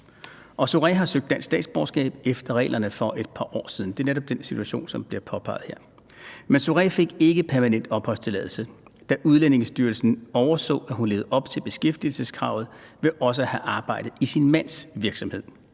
Zohreh har søgt dansk statsborgerskab efter reglerne for et par år siden. Det er netop den situation, som bliver påpeget her. Men Zohreh fik ikke permanent opholdstilladelse, da Udlændingestyrelsen overså, at hun levede op til beskæftigelseskravet ved også at have arbejde i sin mands virksomhed.